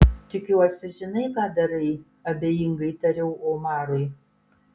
tikiuosi žinai ką darai abejingai tariau omarui